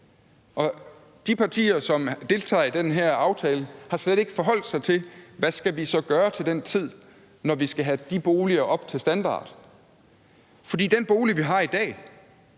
de partier, som deltager i den her aftale, har slet ikke forholdt sig til, hvad vi så skal gøre til den tid, når vi skal have de boliger op i standard. Kl. 17:04 For den bolig, vi har i dag,